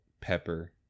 pepper